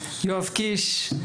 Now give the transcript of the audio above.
יואב קיש,